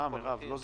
יש